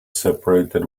separated